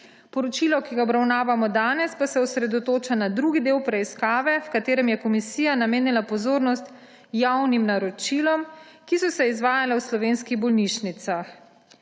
Poročilo, ki ga obravnavamo danes, pa se osredotoča na drugi del preiskave, v katerem je komisija namenila pozornost javnim naročilom, ki so se izvajala v slovenskih bolnišnicah.